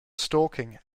stalking